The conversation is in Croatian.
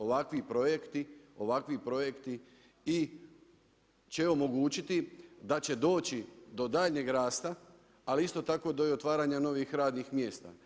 Ovakvi projekti, ovakvi projekti i će omogućiti da će doći do daljnjeg rasta, ali isto tako i do otvaranja novih radnih mjesta.